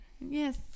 Yes